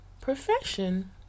profession